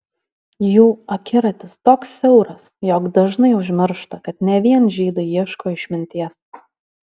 jų akiratis toks siauras jog dažnai užmiršta kad ne vien žydai ieško išminties